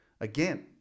Again